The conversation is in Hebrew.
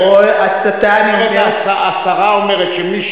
השרה אומרת שמי